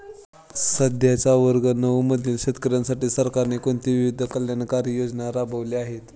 सध्याच्या वर्ग नऊ मधील शेतकऱ्यांसाठी सरकारने कोणत्या विविध कल्याणकारी योजना राबवल्या आहेत?